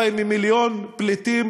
אולי ממיליון פליטים,